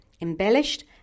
embellished